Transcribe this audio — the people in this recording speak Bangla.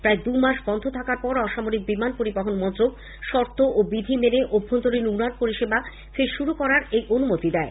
প্রায় দু মাস বন্ধ থাকার পর অসামরিক বিমান পরিবহণ মন্ত্রক শর্ত ও বিধি মেনে অভ্যন্তরীণ উড়ান পরিষেবা ফের শুরু করার এই অনুমতি দেয়